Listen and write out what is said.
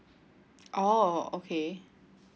oh okay